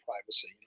privacy